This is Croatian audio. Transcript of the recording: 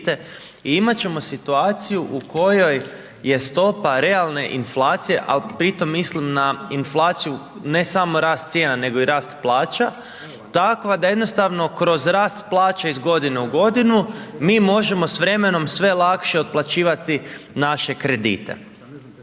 imat ćemo situaciju u kojoj je stopa realne inflacije, al pri tom mislim na inflaciju ne samo rast cijena, nego i rast plaća takva da jednostavno kroz rast plaća iz godine u godinu, mi možemo s vremenom sve lakše otplaćivati naše kredite.